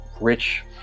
rich